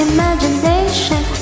Imagination